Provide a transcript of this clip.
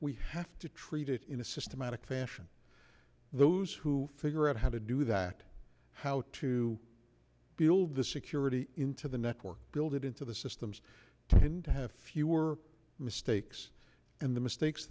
we have to treat it in a systematic fashion those who figure out how to do that how to build the security into the network build it into the systems tend to have fewer mistakes and the mistakes